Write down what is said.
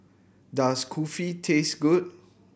does Kulfi taste good